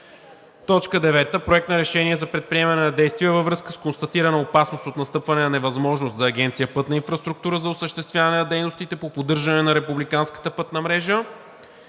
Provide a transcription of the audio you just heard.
г. 9. Проект на решение за предприемане на действия във връзка с констатирана опасност от настъпване на невъзможност за Агенция „Пътна инфраструктура“ за осъществяване на дейностите по поддържане на републиканската пътна мрежа.